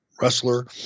wrestler